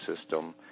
system